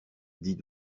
dit